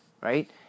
right